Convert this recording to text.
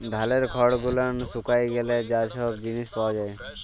ধালের খড় গুলান শুকায় গ্যালে যা ছব জিলিস পাওয়া যায়